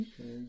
Okay